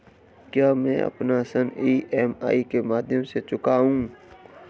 क्या मैं अपना ऋण ई.एम.आई के माध्यम से चुकाऊंगा?